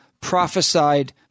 prophesied